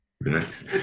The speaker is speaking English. Nice